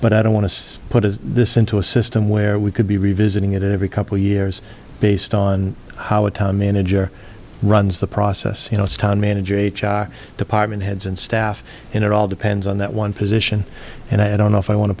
but i don't want to put this into a system where we could be revisiting it every couple years based on how a town manager runs the process you know its town manager h r department heads and staff and it all depends on that one position and i don't know if i want to